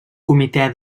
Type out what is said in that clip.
comitè